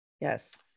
yes